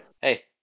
Hey